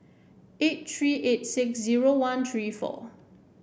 eight three eight six zero one three four